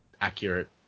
accurate